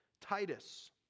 Titus